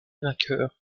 vainqueur